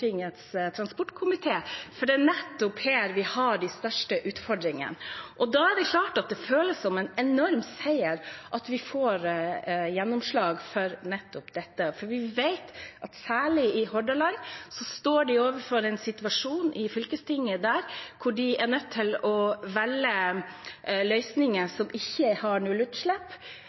for det er nettopp her vi har de største utfordringene. Da er det klart at det føles som en enorm seier at vi får gjennomslag for nettopp dette, for vi vet at særlig i Hordaland står fylkestinget overfor en situasjon der de er nødt til å velge løsninger som ikke har